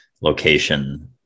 location